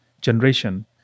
generation